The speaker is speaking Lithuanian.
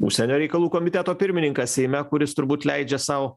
užsienio reikalų komiteto pirmininkas seime kuris turbūt leidžia sau